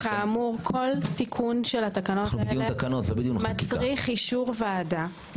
כאמור כל תיקון של התקנות הללו מצריך אישור ועדה.